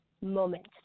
moment